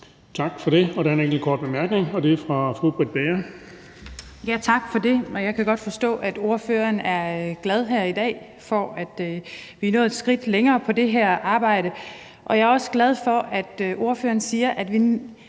Tak for det. Der er en enkelt kort bemærkning, og den er fra fru Britt Bager. Kl. 14:16 Britt Bager (KF): Tak for det. Jeg kan godt forstå, at ordføreren er glad her i dag for, at vi er nået et skridt længere i det her arbejde, og jeg er glad for, at ordføreren siger, at vi